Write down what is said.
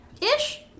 ish